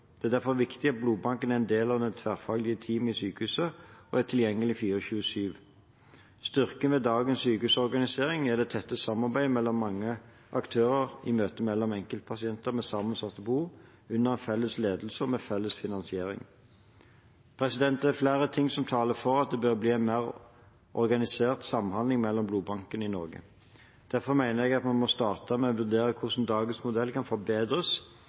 Det er derfor viktig at blodbanken er en del av det tverrfaglige teamet i et sykehus, og er tilgjengelig 24/7. Styrken ved dagens sykehusorganisering er det tette samarbeidet mellom mange aktører i møtet med enkeltpasienter med sammensatte behov, under en felles ledelse og med felles finansiering. Det er flere ting som taler for at det bør bli en mer organisert samhandling mellom blodbankene i Norge. Derfor mener jeg at vi må starte med å vurdere hvordan dagens modell kan forbedres,